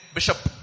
Bishop